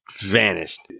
vanished